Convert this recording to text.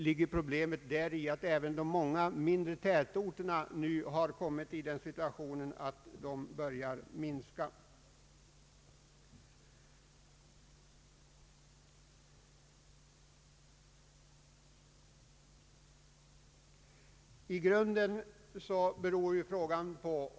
Inte minst är det ett problem att många mindre tätorter nu har kommit i den situationen att de befolkningsmässigt börjar minska.